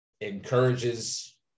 encourages